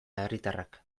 herritarrak